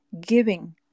giving